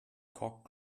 cock